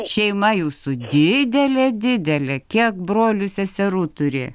šeima jūsų didelė didelė kiek brolių seserų turi